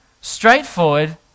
straightforward